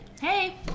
hey